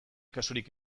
kasurik